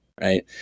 Right